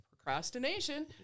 Procrastination